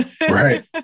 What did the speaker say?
Right